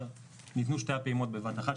ניתנו שתי הפעימות בבת אחת,